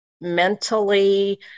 mentally